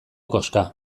koxka